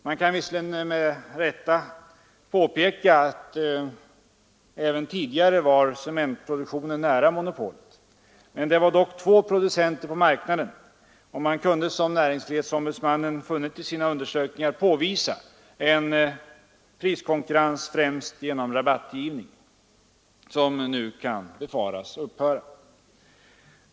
Man kan visserligen med rätta påpeka att cementproduktionen även tidigare var nära monopolet. Men det var dock två producenter på marknaden och man kunde, som näringsfrihetsombudsmannen funnit i sina undersökningar, påvisa en priskonkurrens främst genom rabattgivning, som nu kan befaras upphöra.